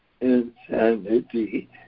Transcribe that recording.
insanity